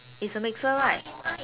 it's a mixer right